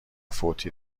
فوتی